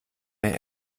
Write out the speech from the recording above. mehr